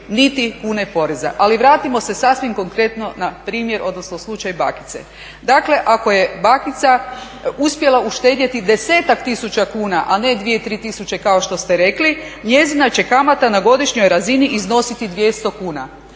niti kune poreza. Ali vratimo se sasvim konkretno na primjer, odnosno slučaj bakice. Dakle, ako je bakica uspjela uštedjeti desetak tisuća kuna, a ne dvije, tri tisuće kao što ste rekli njezina će kamata na godišnjoj razini iznositi 200 kuna.